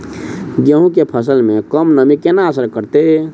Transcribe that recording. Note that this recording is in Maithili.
गेंहूँ केँ फसल मे कम नमी केना असर करतै?